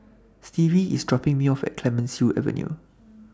Stevie IS dropping Me off At Clemenceau Avenue